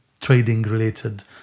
trading-related